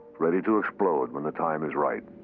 ready to explode when the time is right.